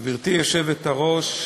גברתי היושבת-ראש,